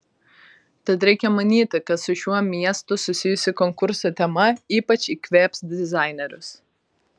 tad reikia manyti kad su šiuo miestu susijusi konkurso tema ypač įkvėps dizainerius